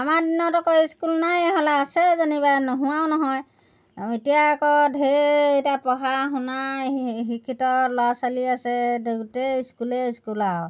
আমাৰ দিনত আকৌ স্কুল নাই এই হ'লে আছে যেনিবা নোহোৱাও নহয় এতিয়া আকৌ ধেৰ এতিয়া পঢ়া শুনা শিক্ষিত ল'ৰা ছোৱালী আছে গোটেই স্কুলে স্কুল আৰু